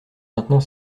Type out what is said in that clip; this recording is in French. maintenant